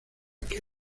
que